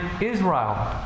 Israel